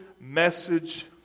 message